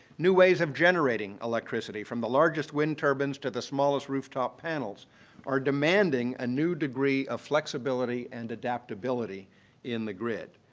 new ways of generating electricity from the largest wind turbines to the smallest rooftop panels are demanding a new degree of flexibility and adaptability in the grid.